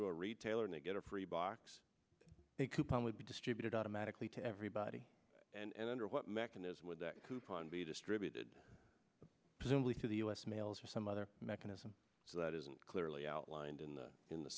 to a retailer and they get a free box a coupon would be distributed automatically to everybody and under what mechanism would that coupon be distributed presumably to the u s mails or some other mechanism so that isn't clearly outlined in the in the